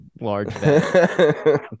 large